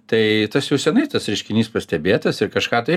tai tas jau seniai tas reiškinys pastebėtas ir kažką tai